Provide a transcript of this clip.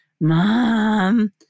Mom